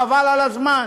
חבל על הזמן.